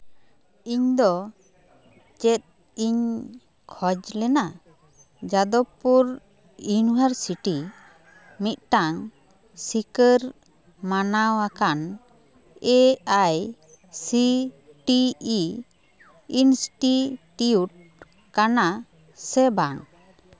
ᱤᱧᱫᱚ ᱪᱮᱫ ᱤᱧ ᱠᱷᱚᱡ ᱞᱮᱱᱟ ᱡᱟᱫᱚᱵᱽᱯᱩᱨ ᱤᱭᱩᱱᱤᱵᱷᱟᱨᱥᱤᱴᱤ ᱢᱤᱫᱴᱟᱝ ᱥᱤᱠᱟᱹᱨ ᱢᱟᱱᱟᱣ ᱟᱠᱟᱱ A I C T E institute ᱠᱟᱱᱟ ᱥᱮ ᱵᱟᱝ